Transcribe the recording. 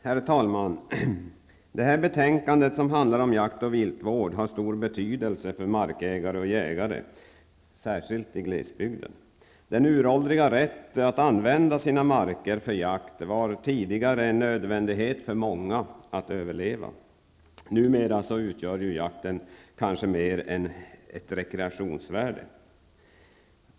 Herr talman! Det här betänkandet, som handlar om jakt och viltvård, har stor betydelse för markägare och jägare, särskilt i glesbygden. Den uråldriga rätten att använda sina marker för jakt var tidigare för många en nödvändighet för att överleva. Numera utgör jakten kanske mer ett rekreationsvärde.